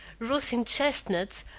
roasting chestnuts,